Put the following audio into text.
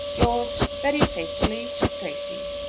yours very faithfully, bracy.